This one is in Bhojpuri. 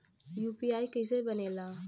यू.पी.आई कईसे बनेला?